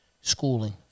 schooling